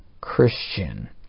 Christian